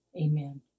Amen